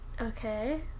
Okay